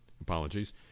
apologies